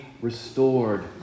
restored